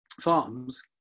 farms